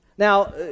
Now